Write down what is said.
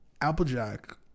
Applejack